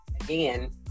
again